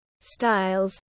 styles